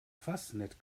fasnet